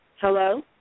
Hello